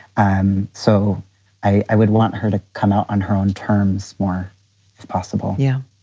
um so i would want her to come out on her own terms more as possible yeah,